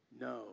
no